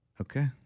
Okay